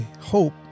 hope